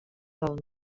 del